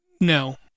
No